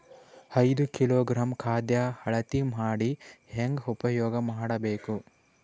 ಐದು ಕಿಲೋಗ್ರಾಂ ಖಾದ್ಯ ಅಳತಿ ಮಾಡಿ ಹೇಂಗ ಉಪಯೋಗ ಮಾಡಬೇಕು?